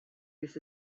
this